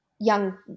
young